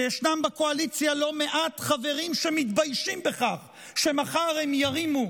שישנם בקואליציה לא מעט חברים שמתביישים בכך שמחר הם ירימו